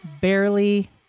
Barely